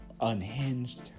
unhinged